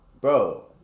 Bro